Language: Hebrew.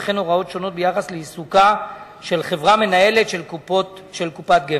וכן הוראות שונות ביחס לעיסוקה של חברה מנהלת של קופת גמל.